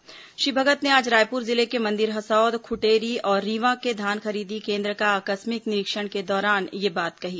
द्वारा श्री भगत ने आज रायपुर जिले के मंदिर हसौद खुटेरी और रींवा के धान खरीदी केन्द्र का आकस्मिक निरीक्षण के दौरान यह बात कही